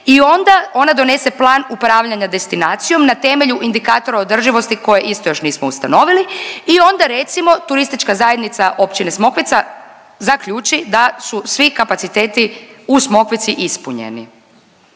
i onda ona donese plan upravljanja destinacijom na temelju indikatora održivosti koje isto još nismo ustanovili i onda recimo Turistička zajednica općine Smokvica zaključi da su svi kapaciteti u Smokvici ispunjeni.